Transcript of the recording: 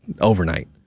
overnight